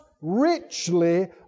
richly